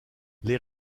les